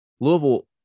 Louisville